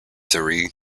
seri